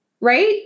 right